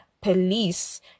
police